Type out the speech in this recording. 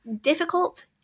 difficult